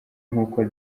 nkuko